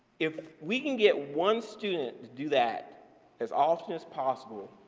if we can get one student to do that as often as possible,